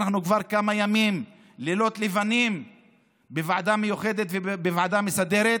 ואנחנו כבר כמה ימים ולילות לבנים בוועדה המיוחדת ובוועדה המסדרת.